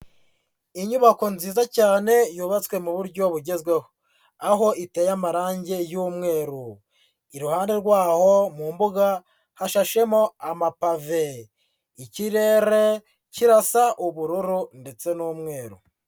Inyubako nziza cyane yubatswe mu buryo bugezweho, aho iteye amarangi y'umweru, iruhande rwaho mu mbuga hashashemo amapave, ikirere kirasa ubururu ndetse n'umweru.